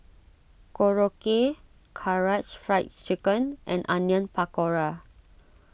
Korokke Karaage Fried Chicken and Onion Pakora